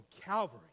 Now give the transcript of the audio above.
Calvary